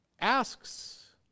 asks